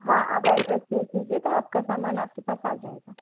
हाँ आप एड्रेस भेज दीजिए तो आपका सामान आपके पास आ जाएगा